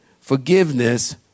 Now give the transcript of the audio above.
forgiveness